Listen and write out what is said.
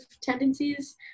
tendencies